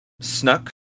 snuck